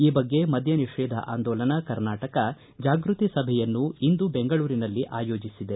ಈ ಬಗ್ಗೆ ಮದ್ಯ ನಿಷೇಧ ಆಂದೋಲನ ಕರ್ನಾಟಕ ಜಾಗೃತಿ ಸಭೆಯನ್ನು ಇಂದು ಬೆಂಗಳೂರಿನಲ್ಲಿ ಆಯೋಜಿಸಿದೆ